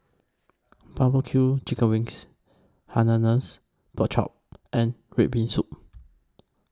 Barbecue Chicken Wings Hainanese Pork Chop and Red Bean Soup